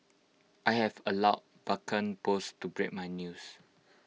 I have allowed Vulcan post to break my news